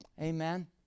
Amen